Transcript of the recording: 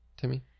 Timmy